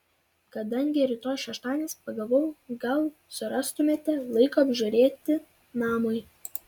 kadangi rytoj šeštadienis pagalvojau gal surastumėte laiko apžiūrėti namui